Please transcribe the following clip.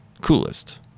coolest